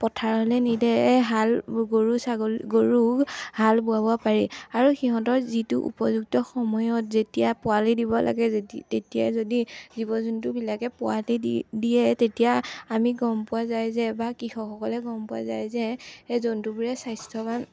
পথাৰলে নিলে হাল গৰু ছাগলী গৰুক হাল বোৱাব পাৰি আৰু সিহঁতৰ যিটো উপযুক্ত সময়ত যেতিয়া পোৱালি দিব লাগে তেতিয়াই যদি জীৱ জন্তুবিলাকে পোৱালি দি দিয়ে তেতিয়া আমি গম পোৱা যায় যে বা কৃষকসকলে গম পোৱা যায় যে সেই জন্তুবোৰে স্বাস্থ্যৱান